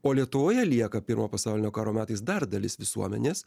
o lietuvoje lieka pirmo pasaulinio karo metais dar dalis visuomenės